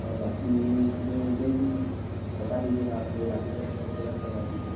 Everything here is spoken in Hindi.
और बाकी फिर देखेंगे बता दीजिएगा आप मुझे लाके जो है कल चेकअप करवा दीजिए